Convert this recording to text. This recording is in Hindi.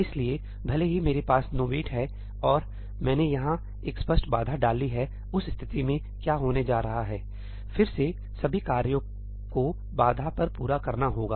इसलिए भले ही मेरे पास नोवेट है और मैंने यहां एक स्पष्ट बाधा डाली है उस स्थिति में क्या होने जा रहा है फिर से सभी कार्यों को बाधा पर पूरा करना होगा